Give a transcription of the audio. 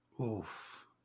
Oof